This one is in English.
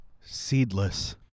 Seedless